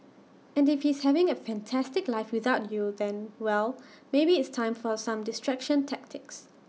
and if he's having A fantastic life without you then well maybe it's time for some distraction tactics